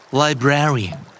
librarian